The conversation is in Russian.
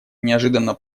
неожиданно